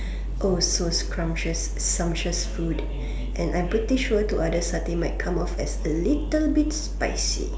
oh so scrumptious sumptuous food and I'm pretty sure to others satay might come off as a little bit spicy